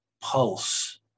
pulse